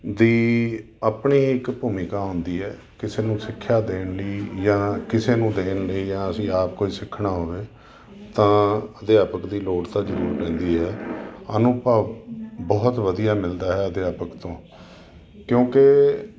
ਦੀ ਆਪਣੀ ਇੱਕ ਭੂਮਿਕਾ ਹੁੰਦੀ ਹੈ ਕਿਸੇ ਨੂੰ ਸਿੱਖਿਆ ਦੇਣ ਲਈ ਜਾਂ ਕਿਸੇ ਨੂੰ ਦੇਣ ਲਈ ਜਾਂ ਅਸੀਂ ਆਪ ਕੋਈ ਸਿੱਖਣਾ ਹੋਵੇ ਤਾਂ ਅਧਿਆਪਕ ਦੀ ਲੋੜ ਤਾਂ ਜ਼ਰੂਰ ਰਹਿੰਦੀ ਹੈ ਅਨੁਭਵ ਬਹੁਤ ਵਧੀਆ ਮਿਲਦਾ ਹੈ ਅਧਿਆਪਕ ਤੋਂ ਕਿਉਂਕਿ